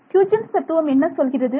Huygens தத்துவம் என்ன சொல்கிறது